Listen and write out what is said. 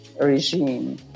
regime